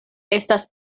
estas